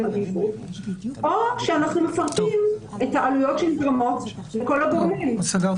-- או שאנחנו מפרטים את העלויות שדומות לכל הגורמים -- תודה.